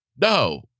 No